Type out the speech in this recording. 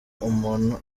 umuntu